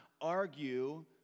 argue